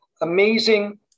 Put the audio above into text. amazing